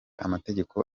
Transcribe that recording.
amategeko